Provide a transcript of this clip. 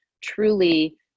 truly